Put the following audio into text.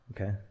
Okay